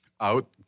out